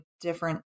different